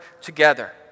together